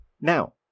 Now